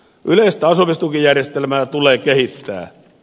yleistä asumistukijärjestelmää tulee kehittää